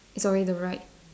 sorry the right